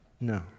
No